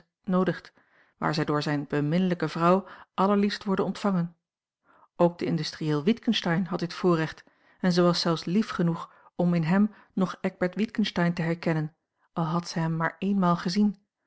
noodigt waar zij door zijne beminnelijke vrouw allerliefst worden ontvangen ook de industrieel witgensteyn had dit voorrecht en zij was zelfs lief genoeg om in hem nog eckbert witgensteyn te herkennen al had zij hem maar eenmaal gezien